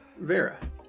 Vera